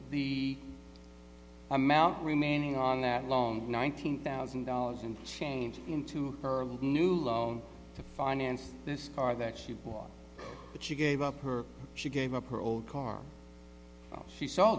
the amount remaining on that loan nineteen thousand dollars and change into her new loan to finance this car that she bought but she gave up her she gave up her old car she s